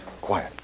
quiet